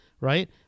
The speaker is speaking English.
right